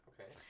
Okay